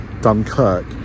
Dunkirk